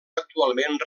actualment